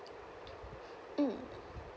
mm